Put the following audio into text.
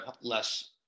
less